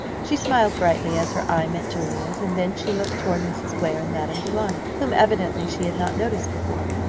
she smiled brightly as her eye met julia's, and then she looked toward mrs. blair and madame du launy, whom evidently she had not noticed before.